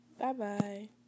Bye-bye